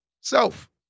Self